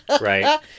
right